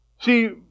See